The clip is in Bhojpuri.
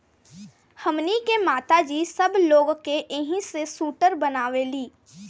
हमनी के माता जी सब लोग के एही से सूटर बनावेली